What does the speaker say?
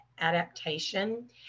adaptation